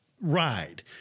ride